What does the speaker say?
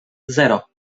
zero